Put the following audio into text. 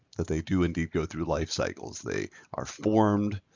that they do indeed go through life cycles. they are formed,